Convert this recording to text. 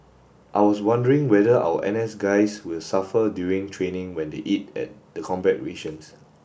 I was wondering whether our N S guys will suffer during training when they eat at the combat rations